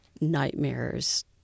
nightmares